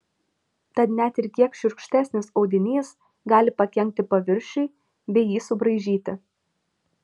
tad net ir kiek šiurkštesnis audinys gali pakenkti paviršiui bei jį subraižyti